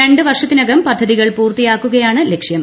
രണ്ട് വർഷത്തിനകം പദ്ധതികൾ പൂർത്തിയാക്കുകയാണ് ലക്ഷ്യം